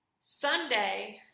Sunday